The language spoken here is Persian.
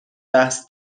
بحث